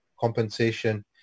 compensation